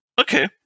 Okay